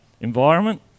environment